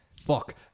Fuck